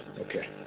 Okay